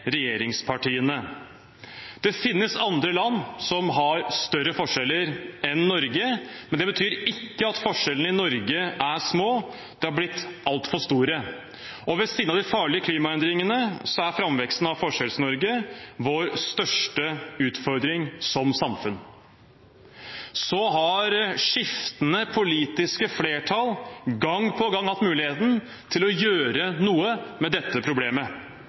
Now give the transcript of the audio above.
regjeringspartiene. Det finnes andre land som har større forskjeller enn Norge, men det betyr ikke at forskjellene i Norge er små. De har blitt altfor store, og ved siden av de farlige klimaendringene er framveksten av Forskjells-Norge vår største utfordring som samfunn. Så har skiftende politiske flertall gang på gang hatt muligheten til å gjøre noe med dette problemet.